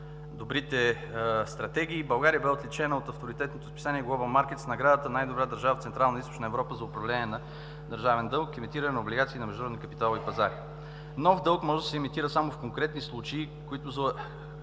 добрите стратегии България бе отличена от авторитетното списание „Глобал мартекс“ с наградата за „Най-добра държава в Централна и Източна Европа за управление на държавния дълг/Емитиране на облигации на международните капиталови пазари“. Нов дълг може да се емитира само в конкретни случаи, които са